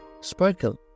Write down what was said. sparkle